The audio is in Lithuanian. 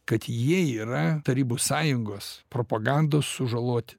kad jie yra tarybų sąjungos propagandos sužaloti